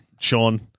Sean